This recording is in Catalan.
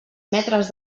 metres